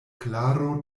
klaro